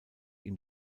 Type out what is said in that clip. ihm